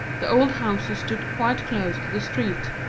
the old houses stood quite close to the street,